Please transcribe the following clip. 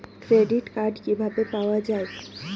Credit card কিভাবে পাওয়া য়ায়?